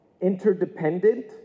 interdependent